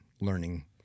learning